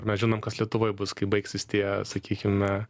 mes žinom kas lietuvoj bus kai baigsis tie sakykime